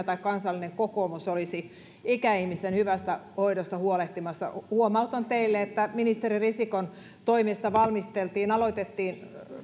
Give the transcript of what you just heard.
tai kansallinen kokoomus olisi ikäihmisten hyvästä hoidosta huolehtimassa huomautan teille että ministeri risikon toimesta valmisteltiin tai aloitettiin